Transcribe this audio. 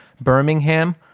Birmingham